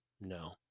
no